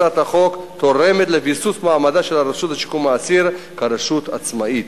הצעת החוק תורמת לביסוס מעמדה של הרשות לשיקום האסיר כרשות עצמאית.